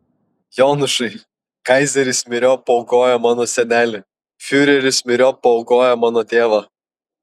jonušai kaizeris myriop paaukojo mano senelį fiureris myriop paaukojo mano tėvą